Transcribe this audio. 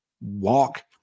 walk